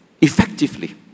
effectively